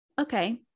okay